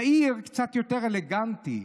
יאיר קצת יותר אלגנטי,